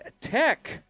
tech